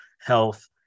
health